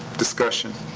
discussion?